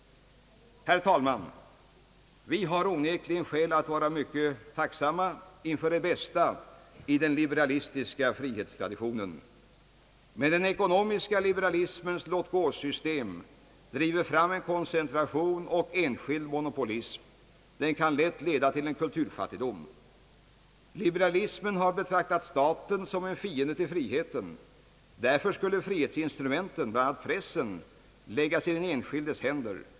Herr talman! Vi har onekligen skäl att vara mycket tacksamma inför det bästa i den liberalistiska frihetstraditionen. Men den ekonomiska liberalismens låt-gå-system driver fram en koncentration och enskild monopolism och kan lätt leda till kulturfattigdom. Liberalis men har betraktat staten som en fiende till friheten. Därför skulle frihetsinstrumenten — pressen — läggas i de enskildas händer.